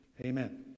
amen